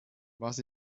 was